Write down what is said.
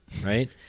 right